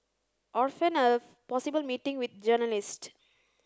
or feign a possible meeting with journalists